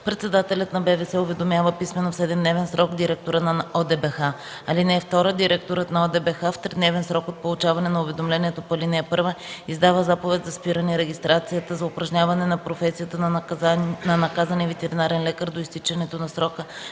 председателят на БВС уведомява писмено в седемдневен срок директора на ОДБХ. (2) Директорът на ОДБХ в тридневен срок от получаване на уведомлението по ал. 1 издава заповед за спиране регистрацията за упражняване на професията на наказания ветеринарен лекар до изтичането на срока